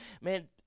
man